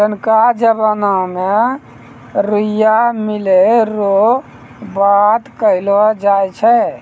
पुरनका जमाना मे रुइया मिलै रो बात कहलौ जाय छै